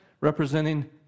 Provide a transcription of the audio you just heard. representing